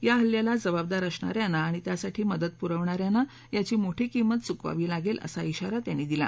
या हल्ल्याला जबाबदार असणाऱ्यांना आणि त्यासाठी मदत पुरवणाऱ्यांना याची मोठी किंमत चुकवावी लागेल असा इशारा त्यांनी दिला